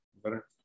better